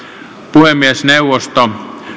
puhemiesneuvosto